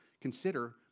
consider